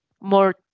more